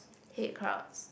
hate crowds